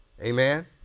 Amen